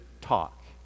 talk